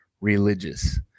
religious